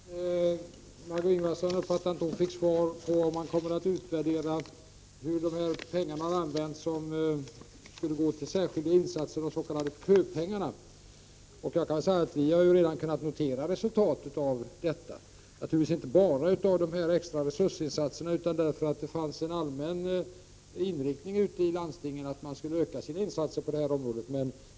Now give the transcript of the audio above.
Herr talman! Jag kan säga att vi redan har kunnat notera resultatet — naturligtvis inte enbart av de extra resursinsatserna. Det fanns en allmän inriktning ute i landstingen också att öka insatserna på det här området.